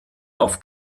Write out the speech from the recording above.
auf